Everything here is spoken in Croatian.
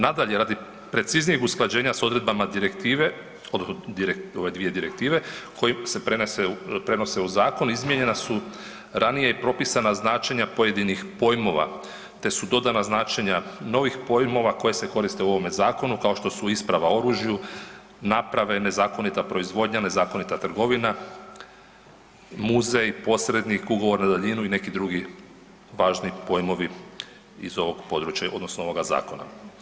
Nadalje, radi preciznijeg usklađenja s odredbama direktive odnosno ove dvije direktive koje se prenose u zakon izmijenjena su ranije i propisana značenja pojedinih pojmova, te su dodana značenja novih pojmova koji se koriste u ovome zakonu kao što su „isprava o oružju“, „naprave“, „nezakonita proizvodnja“, „nezakonita trgovina“, „muzej“, „posrednik“, „ugovor na daljinu“ i neki drugi važni pojmovi iz ovog područja odnosno ovoga zakona.